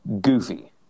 goofy